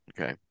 Okay